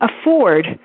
afford